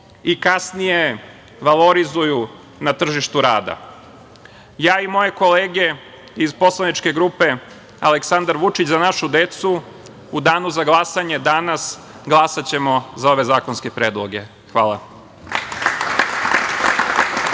i kasnije valorizuju na tržištu rada. Ja i moje kolege iz poslaničke grupe Aleksandar Vučić – Za našu decu, u danu za glasanje danas glasaćemo za ove zakonske predloge. Hvala.